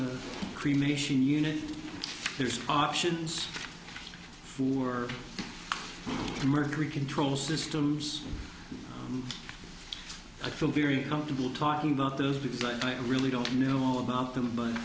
the cremation unit there's options for mercury control systems i feel very comfortable talking about those because i really don't know all about them